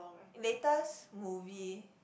latest movie